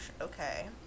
Okay